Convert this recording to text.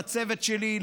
לצוות שלי,